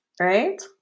right